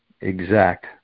exact